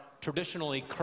traditionally